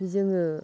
जोङो